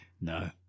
No